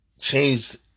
changed